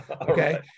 Okay